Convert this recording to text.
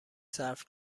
صرف